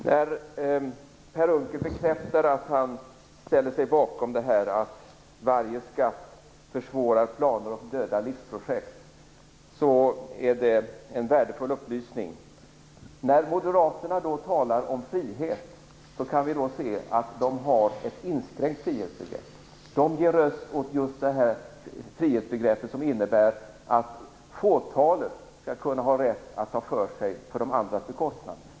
Herr talman! Per Unckel bekräftar att han ställer sig bakom att varje skatt försvårar planer och dödar livsprojekt. Det är en värdefull upplysning. När moderaterna talar om frihet kan vi då se att de har ett inskränkt frihetsbegrepp. De ger röst åt just det frihetsbegrepp som innebär att fåtalet skall kunna ha rätt att ta för sig på andras bekostnad.